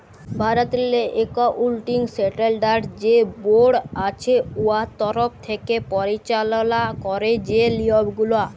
ভারতেরলে accounting standard যে board আছে উয়ার তরফ থ্যাকে পরিচাললা ক্যারে যে লিয়মগুলা